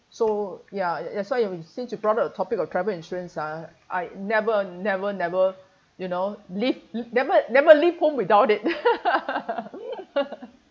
so ya that's why you you since you brought up the topic of travel insurance ah I never never never you know leave never never leave home without it